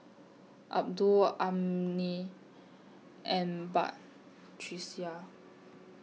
Abdul Ummi and Batrisya